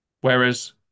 Whereas